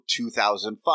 2005